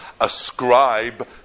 ascribe